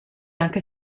anche